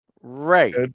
right